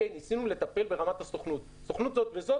ניסינו לטפל ברמת הסוכנות סוכנות זאת וזאת,